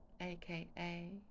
aka